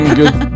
good